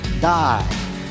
die